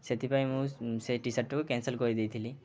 ସେଥିପାଇଁ ମୁଁ ସେ ଟି ସାର୍ଟଟିକୁ କ୍ୟନ୍ସଲ କରିଦେଇଥିଲି